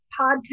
podcast